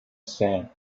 sand